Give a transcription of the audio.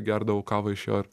gerdavau kavą iš jo ir